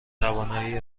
توانایی